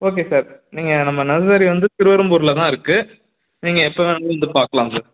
okay sir நீங்கள் நம்ம nursery வந்து திருவெறும்பூரில் தான் இருக்குது நீங்கள் எப்போ வேண்ணாலும் வந்து பார்க்கலாம் சார்